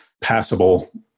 passable